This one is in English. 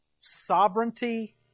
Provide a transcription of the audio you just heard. Sovereignty